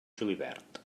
julivert